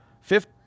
fifth